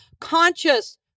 conscious